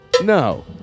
No